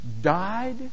died